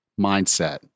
mindset